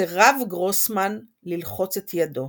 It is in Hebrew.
סירב גרוסמן ללחוץ את ידו.